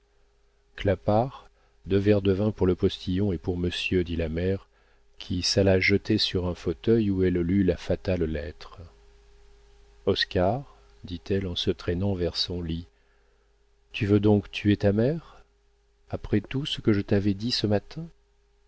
clapart deux verres de vin pour le postillon et pour monsieur dit la mère qui s'alla jeter sur un fauteuil où elle lut la fatale lettre oscar dit-elle en se traînant vers son lit tu veux donc tuer ta mère après tout ce que je t'avais dit ce matin